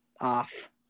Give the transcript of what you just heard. off